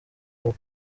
hop